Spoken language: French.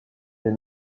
des